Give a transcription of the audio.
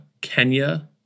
Kenya